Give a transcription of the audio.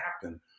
happen